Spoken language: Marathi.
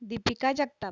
दीपिका जगताप